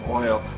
oil